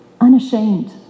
Unashamed